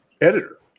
editor